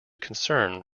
concern